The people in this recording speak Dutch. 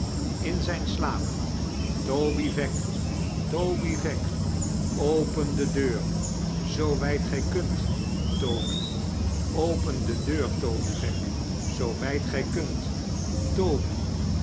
in zijn slaap toby veck toby veck open de deur zoo wijd gij kunt toby open de deur toby veck zoo wijd gij kunt toby